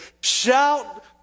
shout